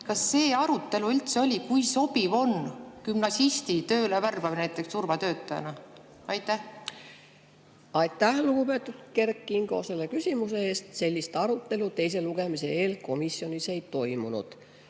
Kas see arutelu üldse oli, kui sobiv on gümnasisti töölevärbamine näiteks turvatöötajana? Aitäh, lugupeetud Kert Kingo, selle küsimuse eest! Sellist arutelu teise lugemise eel komisjonis ei toimunud.